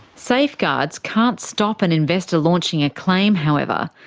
safeguards can't stop an investor launching a claim, however,